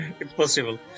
impossible